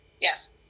Yes